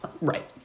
Right